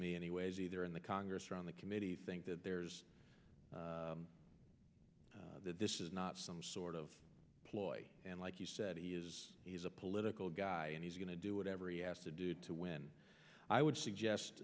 me anyways either in the congress or on the committee think that there's this is not some sort of ploy and like you said he is he's a political guy and he's going to do whatever he has to do to win i would suggest